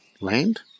land